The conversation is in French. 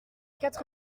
quatre